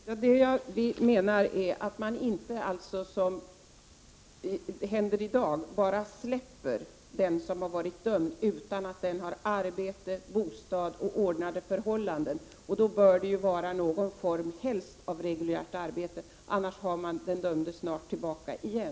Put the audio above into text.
Herr talman! Det jag menar är att man inte skall göra som i dag, att man bara släpper den som har varit dömd utan att den personen har arbete, bostad och ordnade förhållanden. Då bör det helst vara någon form av reguljärt arbete, annars har man den dömde snart tillbaka igen.